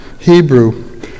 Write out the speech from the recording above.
Hebrew